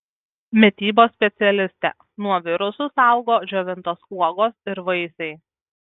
mitybos specialistė nuo virusų saugo džiovintos uogos ir vaisiai